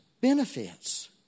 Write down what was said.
benefits